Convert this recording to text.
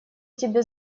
тебе